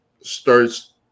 starts